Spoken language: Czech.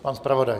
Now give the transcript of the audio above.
Pan zpravodaj.